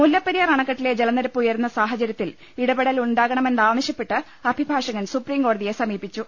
മുല്ലപ്പെരിയാർ അണക്കെട്ടിലെ ജലനിരപ്പ് ഉയരുന്ന സാഹ ചര്യത്തിൽ ഇടപെടൽ ഉണ്ടാകണമെന്നാവശ്യപ്പെട്ട് അഭിഭാ ഷകൻ സുപ്രീംകോടതിയെ സമീപിച്ചു